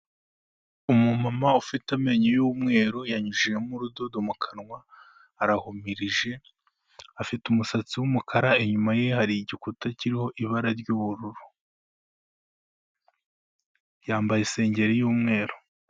Umumama ufite amenyo y'umweru yanyujijemo urudodo mu kanwa, arahumirije, afite umusatsi w'umukara inyuma ye hari igikuta kiriho ibara ry'ubururu, yambaye isengeri y'umeru.